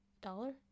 Dollar